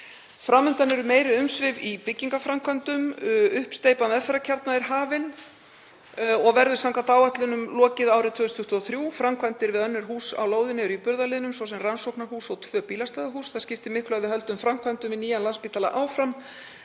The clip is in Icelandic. Fram undan eru meiri umsvif í byggingarframkvæmdum. Uppsteypa meðferðarkjarna er hafin og verður samkvæmt áætlunum lokið árið 2023. Framkvæmdir við önnur hús á lóðinni eru í burðarliðnum, svo sem rannsóknarhús og tvö bílastæðahús. Það skiptir miklu að við höldum framkvæmdum við nýjan Landspítala áfram